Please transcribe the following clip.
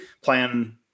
plan